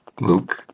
Luke